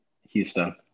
Houston